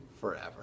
forever